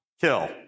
kill